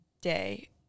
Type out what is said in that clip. day